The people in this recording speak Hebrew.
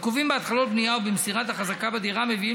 עיכובים בהתחלות בנייה ובמסירת החזקה בדירה מביאים